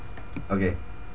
okay